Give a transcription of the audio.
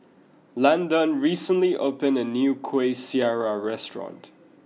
Landan recently opened a new Kuih Syara restaurant